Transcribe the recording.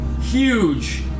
huge